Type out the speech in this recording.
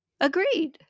Agreed